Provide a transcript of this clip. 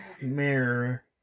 mayor